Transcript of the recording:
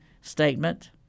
statement